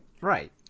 Right